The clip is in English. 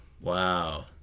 Wow